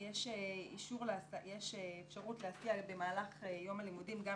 יש אפשרות להסיע במהלך יום הלימודים גם